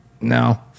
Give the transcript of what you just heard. no